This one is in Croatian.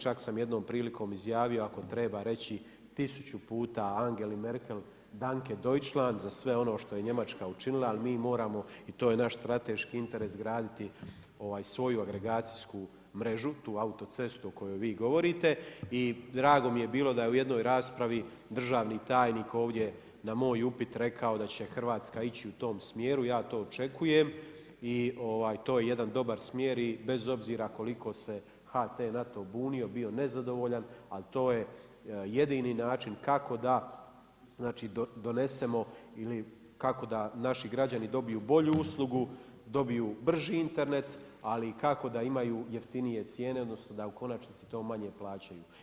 Lak sam jednom prilikom izjavio ako treba reći tisuću puta Angeli Merkel „Danke Deutschland“, za sve ono što je Njemačka učinila, ali mi moramo i to je naš strateški interes, graditi svoju agregacijsku mrežu, tu autocestu o kojoj vi govorite i drago mi je bilo da u jednoj raspravi državni tajnik ovdje na moj upit je rekao da će Hrvatska ići u tom smjeru, ja to očekujem i to je jedan dobar smjer i bez obzira koliko se HT na to bunio, bio nezadovoljan ali to je jedini način kako da donesemo ili kako da naši građani dobiju bolju uslugu, dobiju brži internet ali kako da imaju jeftinije cijene odnosno da u konačnici to manje plaćaju.